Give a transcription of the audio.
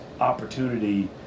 opportunity